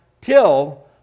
till